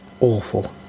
awful